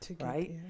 right